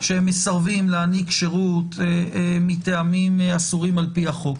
שהם מסרבים להעניק שירות מטעמים אסורים על פי החוק.